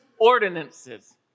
ordinances